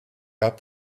got